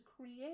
create